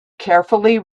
carefully